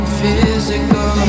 physical